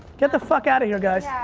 get the fuck out of here guys.